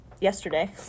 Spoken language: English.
yesterday